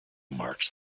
marks